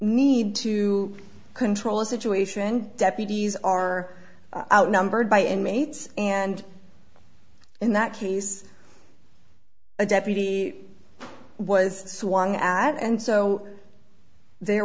need to control a situation deputies are outnumbered by inmates and in that case a deputy was swung at and so there